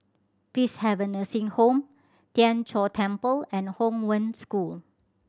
Peacehaven Nursing Home Tien Chor Temple and Hong Wen School